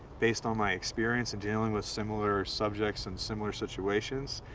based on my experience in dealing with similar subjects in similar situations,